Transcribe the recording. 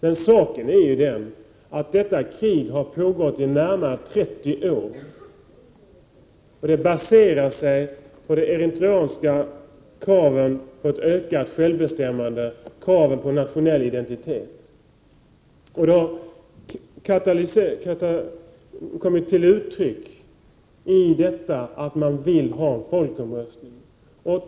Men detta krig har pågått i närmare 30 år, och det baserar sig på de eritreanska kraven på ett ökat självbestämmande, kraven på nationell identitet. Önskemålet är en folkomröstning.